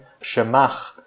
Shemach